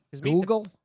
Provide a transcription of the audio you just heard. Google